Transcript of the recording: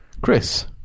Chris